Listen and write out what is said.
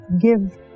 give